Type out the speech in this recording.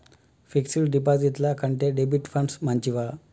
Fix డ్ డిపాజిట్ల కంటే డెబిట్ ఫండ్స్ మంచివా?